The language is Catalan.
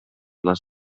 les